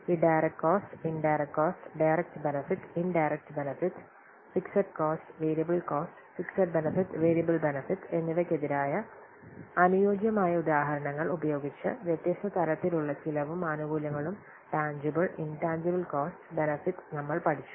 ഈ direct cost indirect cost direct benefit indirect benefit fixed cost variable cost fixed benefit variable benefit എന്നിവയ്ക്കെതിരായ അനുയോജ്യമായ ഉദാഹരണങ്ങൾ ഉപയോഗിച്ച് വ്യത്യസ്ത തരത്തിലുള്ള ചിലവും ആനുകൂല്യങ്ങളും ടാൻജിബിൽ ഇൻടാൻജിബിൽ കോസ്റ്റ് ബെനെഫിറ്റ് നമ്മൾ പഠിച്ചു